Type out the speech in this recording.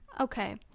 Okay